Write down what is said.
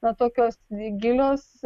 na tokios gilios